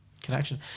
connection